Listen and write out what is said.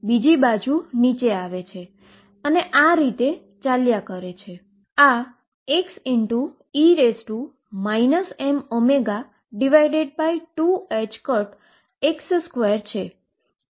ચાલો હું આ અહીં ગ્રાફ દોરું તો n બરાબર 1 છે તે સ્ટ્રીંગ ના વેવ ફંક્શન જેવું જ દેખાય છે